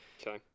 Okay